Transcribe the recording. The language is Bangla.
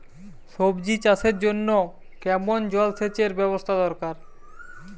সবজি চাষের জন্য কেমন জলসেচের ব্যাবস্থা দরকার?